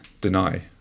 deny